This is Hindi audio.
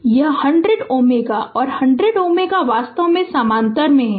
तो यह 100 Ω और 100 Ω वास्तव में समानांतर में हैं